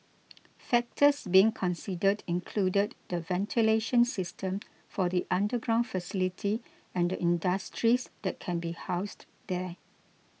factors being considered included the ventilation system for the underground facility and the industries that can be housed there